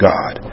God